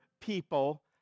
people